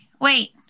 wait